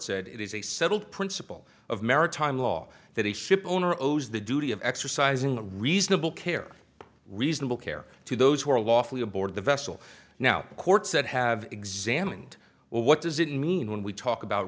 said it is a settled principle of maritime law that he ship owner owes the duty of exercising a reasonable care reasonable care to those who are a lawful aboard the vessel now the court said have examined well what does it mean when we talk about